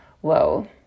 whoa